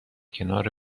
کنار